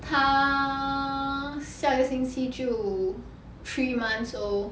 他下个星期就 three months old